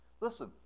Listen